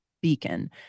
beacon